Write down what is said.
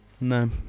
No